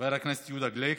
חבר הכנסת יהודה גליק,